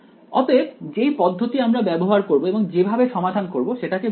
অতএব যেই পদ্ধতি আমরা ব্যবহার করব এবং যেভাবে সমাধান করব সেটাকে বলা হয়